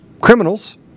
criminals